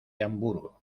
hamburgo